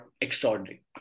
extraordinary